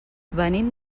venim